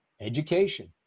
education